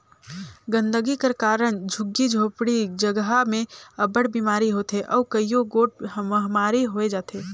गंदगी कर कारन झुग्गी झोपड़ी जगहा में अब्बड़ बिमारी होथे अउ कइयो गोट महमारी होए जाथे